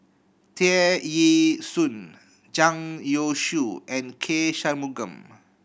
Tear Ee Soon Zhang Youshuo and K Shanmugam